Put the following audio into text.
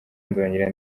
ndongera